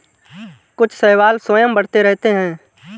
कुछ शैवाल स्वयं बढ़ते रहते हैं